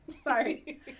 sorry